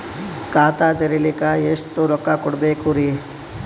ಖಾತಾ ತೆರಿಲಿಕ ಎಷ್ಟು ರೊಕ್ಕಕೊಡ್ಬೇಕುರೀ?